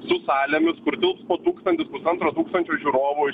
su salėmis kur tilps po tūkstantis pusantro tūkstančio žiūrovų